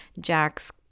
Jack's